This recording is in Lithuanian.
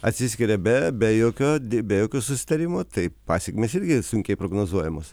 atsiskiria be be jokio be jokio susitarimo tai pasekmės irgi sunkiai prognozuojamos